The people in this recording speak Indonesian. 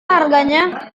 harganya